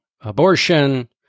abortion